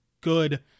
good